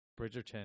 Bridgerton